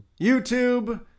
youtube